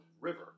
river